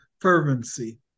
fervency